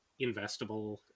investable